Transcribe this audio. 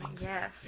yes